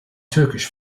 turkish